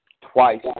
Twice